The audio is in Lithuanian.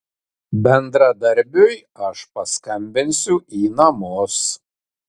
bendradarbiui aš paskambinsiu į namus